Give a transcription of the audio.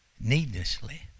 needlessly